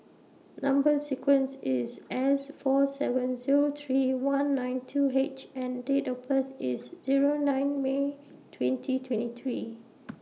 Number sequence IS S four seven Zero three one nine two H and Date of birth IS Zero nine May twenty twenty three